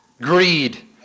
greed